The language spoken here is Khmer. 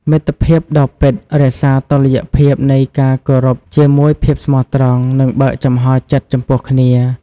មិត្តភាពដ៏ពិត រក្សាតុល្យភាពនៃការគោរពជាមួយភាពស្មោះត្រង់ និងបើកចំហចិត្តចំពោះគ្នា។